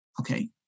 okay